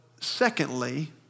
secondly